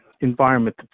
environment